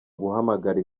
guhamagara